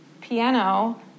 Piano